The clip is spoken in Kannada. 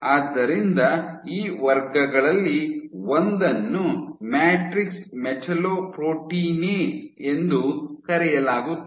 ಆದ್ದರಿಂದ ಈ ವರ್ಗಗಳಲ್ಲಿ ಒಂದನ್ನು ಮ್ಯಾಟ್ರಿಕ್ಸ್ ಮೆಟಲ್ಲೊ ಪ್ರೋಟೀನೇಸ್ ಎಂದು ಕರೆಯಲಾಗುತ್ತದೆ